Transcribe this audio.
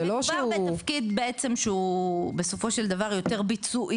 זה לא שהוא -- מדובר בתפקיד בעצם שהוא בסופו של דבר יותר ביצועי,